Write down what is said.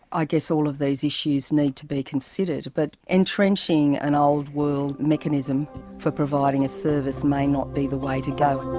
i guess all of these issues need to be considered, but entrenching an ah old-world mechanism for providing a service may not be the way to go. at